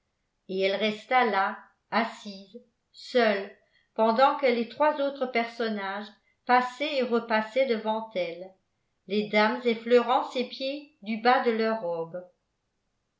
et elle resta là assise seule pendant que les trois autres personnages passaient et repassaient devant elle les dames effleurant ses pieds du bas de leurs robes